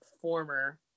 former